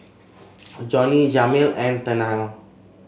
Johney Jameel and Tennille